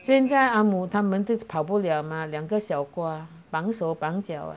现在阿姆他们都跑不了吗两个小瓜绑手绑脚